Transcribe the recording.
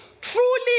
Truly